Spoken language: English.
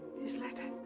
this letter?